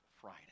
Friday